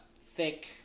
thick